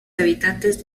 habitantes